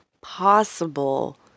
possible